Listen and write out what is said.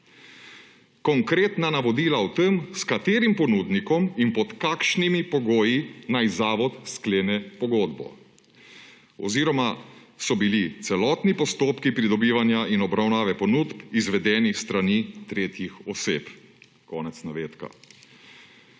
»konkretna navodila o tem s katerim ponudnikom in pod kakšnim pogoji naj zavod sklene pogodbo oziroma so bili celotni postopki pridobivanja in obravnave ponudb izvedeni s strani tretjih oseb«. Konec navedka.